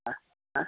ಆಂ ಆಂ